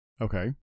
Okay